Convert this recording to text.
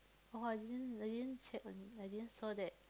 oh I didn't I didn't check on it I didn't saw that